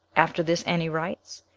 after this, any rights?